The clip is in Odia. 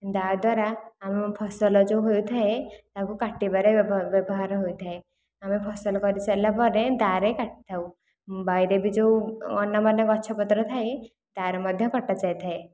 ଦାଅ ଦ୍ୱାରା ଆମ ଫସଲ ଯେଉଁ ହେଉଥାଏ ତାକୁ କାଟିବାରେ ବ୍ୟବହାର ହୋଇଥାଏ ଆମେ ଫସଲ କରିସାରିଲା ପରେ ଦାଅରେ କାଟିଥାଉ ବାରିରେ ବି ଯେଉଁ ଅନା ବନା ଗଛପତ୍ର ଥାଏ ଦାଅରେ ମଧ୍ୟ କଟାଯାଇଥାଏ